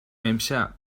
امشب